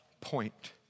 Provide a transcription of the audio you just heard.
point